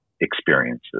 experiences